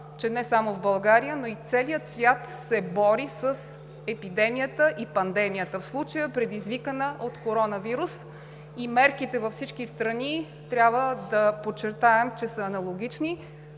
че не само България, но и целият свят се бори с епидемията и пандемията, в случая предизвикана от коронавирус, и мерките във всички страни, трябва да подчертаем, че са аналогични.